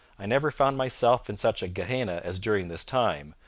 i never found myself in such a gehenna as during this time,